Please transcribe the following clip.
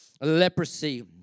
leprosy